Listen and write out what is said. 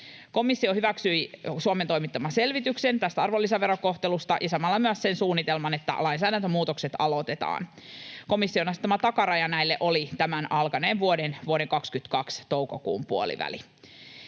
Komissio hyväksyi Suomen toimittaman selvityksen tästä arvonlisäverokohtelusta ja samalla myös sen suunnitelman, että lainsäädäntömuutokset aloitetaan. Komission asettama takaraja näille oli tämän alkaneen vuoden, vuoden 22, toukokuun puoliväli.